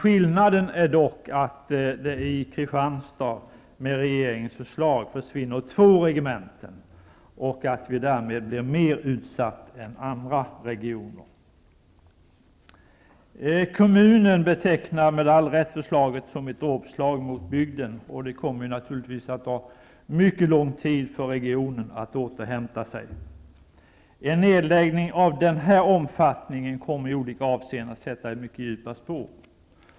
Skillnaden är dock att det i Kristianstad, med regeringens förslag, försvinner två regementen och att vi därmed blir mer utsatta än andra regioner. Kommunen betecknar med all rätt förslaget som ett dråpslag mot bygden, och det kommer naturligtvis att ta mycket lång tid för regionen att återhämta sig. En nedläggning av den här omfattningen kommer i olika avseenden att sätta mycket djupa spår.